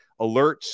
alerts